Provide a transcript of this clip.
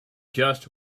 just